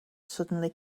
suddenly